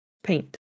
paint